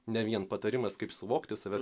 ne vien patarimas kaip suvokti save